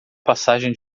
passagem